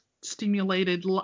stimulated